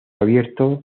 abierto